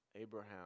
Abraham